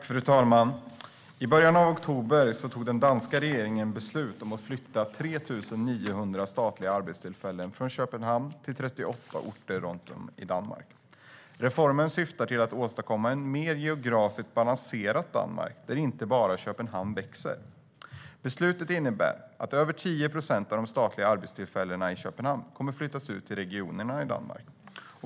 Fru talman! I början av oktober fattade den danska regeringen beslut om att flytta 3 900 statliga arbetstillfällen från Köpenhamn till 38 orter runt om i Danmark. Reformen syftar till att åstadkomma ett geografiskt mer balanserat Danmark där inte bara Köpenhamn växer. Beslutet innebär att över 10 procent av de statliga arbetstillfällena i Köpenhamn kommer att flyttas ut till regionerna.